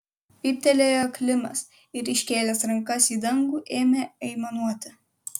vyptelėjo klimas ir iškėlęs rankas į dangų ėmė aimanuoti